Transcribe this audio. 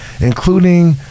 including